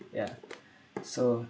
ya so